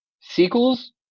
sequels